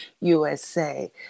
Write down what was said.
USA